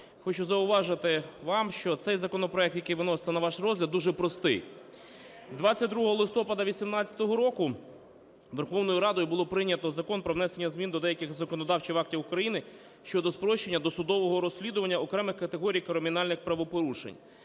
Хочу зауважити вам, що цей законопроект, який виноситься на ваш розгляд, дуже простий. 22 листопада 18-го року Верховною Радою було прийнято Закон "Про внесення змін до деяких законодавчих актів України щодо спрощення досудового розслідування окремих категорій кримінальних правопорушень".